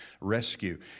rescue